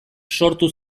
sortu